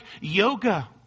yoga